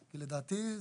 כי לדעתי,